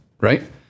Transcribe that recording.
right